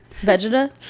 Vegeta